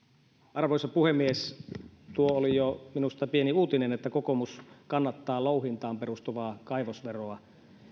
arvoisa puhemies tuo oli jo minusta pieni uutinen että kokoomus kannattaa louhintaan perustuvaa kaivosveroa